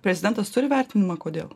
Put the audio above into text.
prezidentas turi vertinimą kodėl